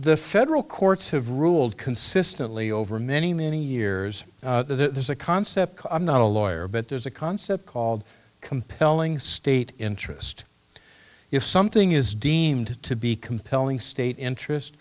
the federal courts have ruled consistently over many many years that there's a concept i'm not a lawyer but there's a concept called compelling state interest if something is deemed to be compelling state interest